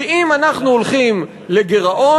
כי אם אנחנו הולכים לגירעון,